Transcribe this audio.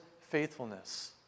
faithfulness